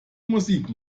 musik